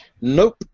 nope